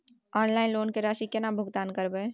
Online loan के राशि केना भुगतान करबे?